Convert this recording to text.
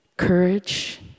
courage